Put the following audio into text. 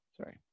Sorry